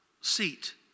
Seat